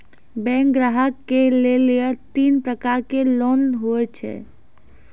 Bank ग्राहक के लेली तीन प्रकर के लोन हुए छै?